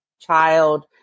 child